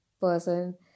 person